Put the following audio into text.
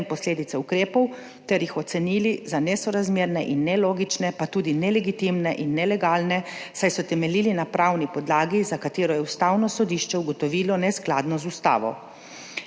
posledice ukrepov ter jih ocenili za nesorazmerne in nelogične, pa tudi nelegitimne in nelegalne, saj so temeljili na pravni podlagi, za katero je Ustavno sodišče ugotovilo neskladnost z ustavo.